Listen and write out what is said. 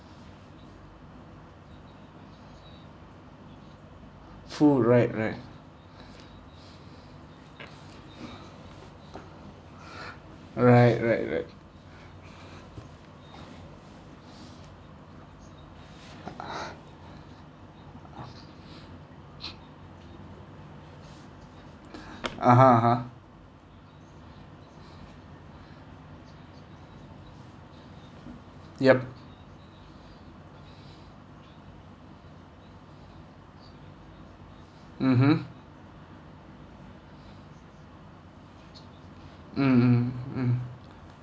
food right right right right right (uh huh) (uh huh) yup mmhmm mm mm mm